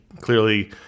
clearly